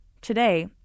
Today